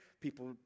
people